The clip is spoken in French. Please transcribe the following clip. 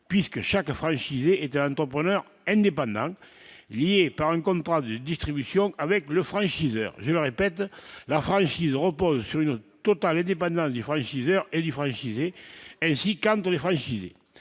puisque chacun fragilisé était un entrepreneur indépendant lié par une contrat de distribution avec le franchiseur, je répète, la franchise repose sur une totale indépendance du franchiseur et du fragilisé ainsi quand on est fragile,